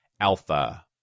Alpha